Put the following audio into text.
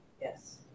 Yes